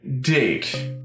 date